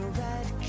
right